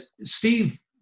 Steve